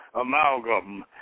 amalgam